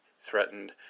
threatened